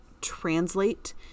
translate